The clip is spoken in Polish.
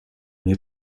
nie